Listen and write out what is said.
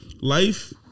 life